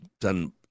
done